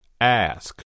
Ask